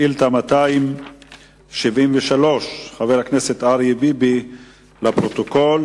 ביום כ"ג בתמוז התשס"ט (15 ביולי 2009): בבני-ברק,